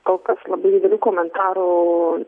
kol kas labai didelių komentarų